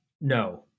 No